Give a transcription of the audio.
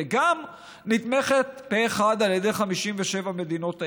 והיא גם נתמכת פה אחד על ידי 57 מדינות האסלאם.